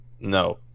no